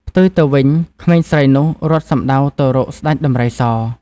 ផ្ទុយទៅវិញក្មេងស្រីនោះរត់សំដៅទៅរកស្ដេចដំរីស ។